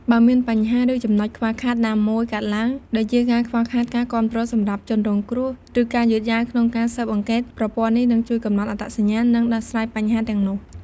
បើមានបញ្ហាឬចំណុចខ្វះខាតណាមួយកើតឡើង ដូចជាការខ្វះខាតការគាំទ្រសម្រាប់ជនរងគ្រោះ ឬការយឺតយ៉ាវក្នុងការស៊ើបអង្កេត ប្រព័ន្ធនេះនឹងជួយកំណត់អត្តសញ្ញាណ និងដោះស្រាយបញ្ហាទាំងនោះ។